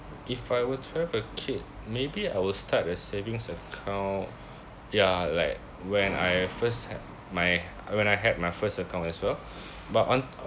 if I were to have a kid maybe I will start a savings account ya like when I first had my when I had my first account as well but on